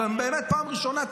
באמת פעם ראשונה,